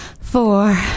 four